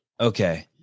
Okay